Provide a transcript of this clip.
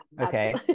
okay